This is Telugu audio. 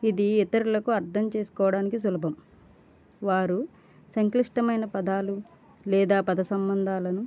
ఇది ఇతరులను అర్థం చేసుకోవడానికి సులభం వారు సంక్లిష్టమైన పదాలు లేదా పద సంబంధాలను